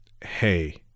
hey